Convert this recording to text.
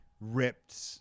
ripped